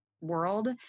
world